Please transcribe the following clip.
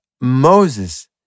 Moses